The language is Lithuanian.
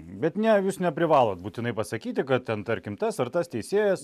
bet ne jūs neprivalot būtinai pasakyti kad ten tarkim tas ar tas teisėjas